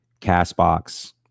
CastBox